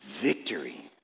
Victory